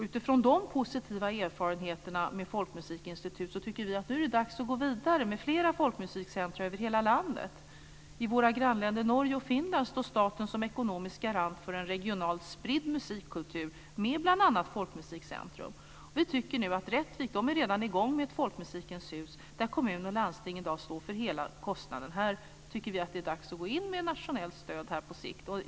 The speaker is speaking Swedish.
Utifrån de positiva erfarenheterna från Folkmusikinstitutet tycker vi att det nu är dags att gå vidare med fler folkmusikcentrum över hela landet. I våra grannländer Norge och Finland står staten som ekonomisk garant för en regionalt spridd musikkultur med bl.a. folkmusikcentrum. I Rättvik är man redan i gång med ett folkmusikens hus där kommun och landsting i dag står för hela kostnaden. Här tycker vi att det är dags att gå in med ett nationellt stöd på sikt.